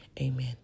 Amen